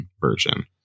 version